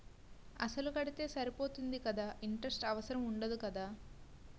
అసలు కడితే సరిపోతుంది కదా ఇంటరెస్ట్ అవసరం ఉండదు కదా?